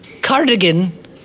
cardigan